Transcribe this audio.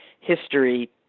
history